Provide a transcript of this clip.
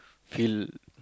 feel